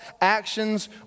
actions